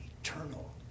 eternal